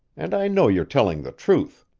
and i know you're telling the truth.